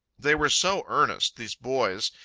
they were so earnest, these boys,